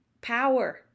power